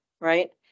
right